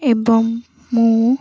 ଏବଂ ମୁଁ